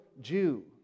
Jew